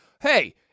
hey